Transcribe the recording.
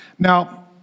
Now